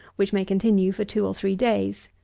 which may continue for two or three days.